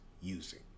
using